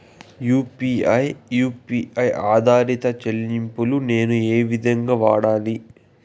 UPI U P I ఆధారిత చెల్లింపులు నేను ఏ విధంగా వాడాలి?